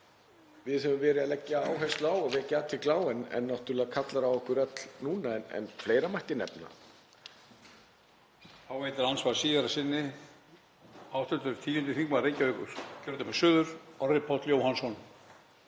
við höfum verið að leggja áherslu á og vekja athygli á og kallar á okkur öll núna en fleira mætti nefna.